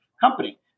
company